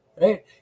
right